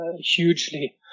hugely